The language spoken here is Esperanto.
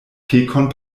pekon